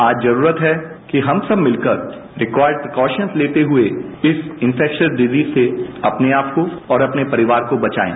आज जरूरत है कि हम सब मिलकर रिक्वायर्ड प्रीकॉशन्स लेते हुए इस इन्फैक्श्रल डिजीज से अपने आप को और अपने परिवार को बचायें